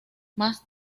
más